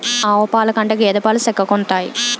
ఆవు పాలు కంటే గేద పాలు సిక్కగుంతాయి